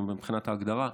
מבחינת ההגדרה,